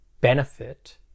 benefit